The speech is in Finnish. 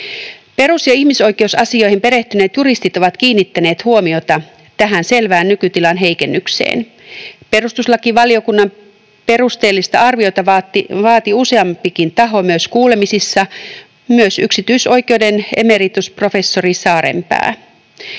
Perus- ja ihmisoikeusasioihin perehtyneet juristit ovat kiinnittäneet huomiota tähän selvään nykytilan heikennykseen. Perustuslakivaliokunnan perusteellista arviota vaati useampikin taho myös kuulemisissa, myös yksityisoikeuden emeritusprofessori Saarenpää.